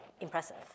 impressive